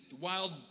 wild